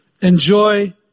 enjoy